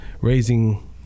raising